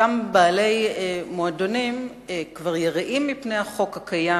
אותם בעלי מועדונים כבר יראים מפני החוק הקיים,